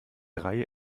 reihe